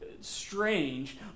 strange